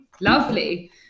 Lovely